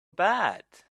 bad